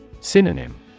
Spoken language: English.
Synonym